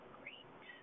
great